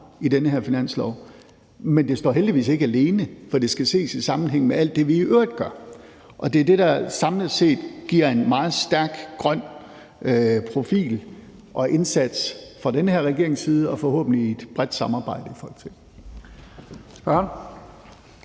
i den her finanslov, men det står heldigvis ikke alene, for det skal ses i sammenhæng med alt det, vi i øvrigt gør. Det er det, der samlet set giver en meget stærk grøn profil og indsats fra den her regerings side og forhåbentlig et bredt samarbejde i Folketinget.